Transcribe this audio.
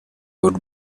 would